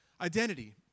identity